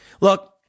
Look